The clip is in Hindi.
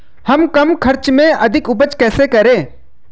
हम कम खर्च में अधिक उपज कैसे करें?